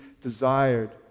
desired